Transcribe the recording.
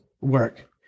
work